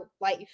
life